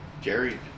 Jerry